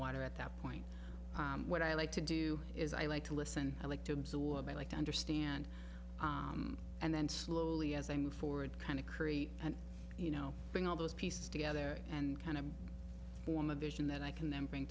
water at that point what i like to do is i like to listen i like to absorb i like to understand and then slowly as i move forward kind of curry and you know bring all those pieces together and kind of form a vision that i can then bring